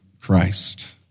Christ